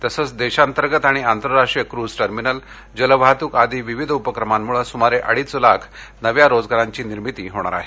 तसेच देशांतर्गत आणि आंतरराष्ट्रीय क्रुझ टर्मिनल जलवाहतूक आदी विविध उपक्रमांमुळे सुमारे अडीच लाख नव्या रोजगारांची निर्मिती होणार आहे